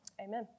Amen